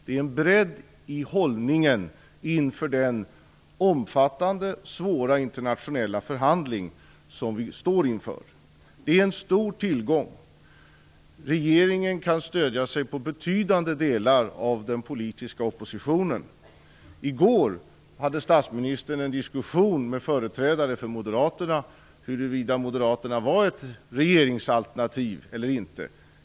Det är en bredd i hållningen inför den omfattande, svåra internationella förhandling som vi står inför. Det är en stor tillgång. Regeringen kan stödja sig på betydande delar av den politiska oppositionen. I går hade statsministern en diskussion med företrädare för Moderaterna om huruvida Moderaterna är ett regeringsalternativ eller inte.